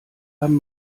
haben